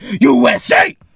USA